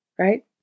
right